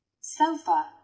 sofa